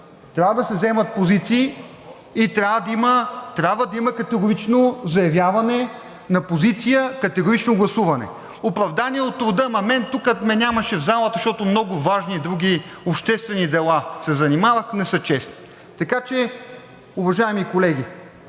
трябва да се вземат позиции и трябва да има категорично заявяване на позиция, категорично гласуване. Оправдания от рода: ама, мен тук ме нямаше в залата, защото с много важни други обществени дела се занимавах, не са честни. Така че, уважаеми колеги,